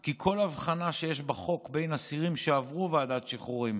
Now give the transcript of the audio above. כי כל הבחנה שיש בחוק בין אסירים שעברו ועדת שחרורים